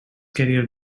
career